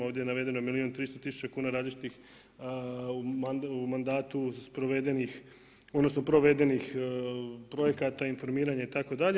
Ovdje je navedeno milijun i 300 tisuća kuna različitih u mandatu sprovedenih odnosno provedenih projekata, informiranja itd.